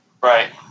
Right